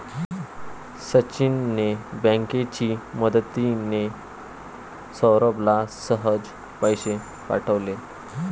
सचिनने बँकेची मदतिने, सौरभला सहज पैसे पाठवले